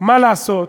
מה לעשות